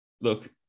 Look